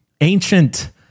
ancient